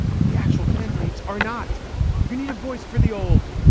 but the actual candidates are not you need a voice for the old,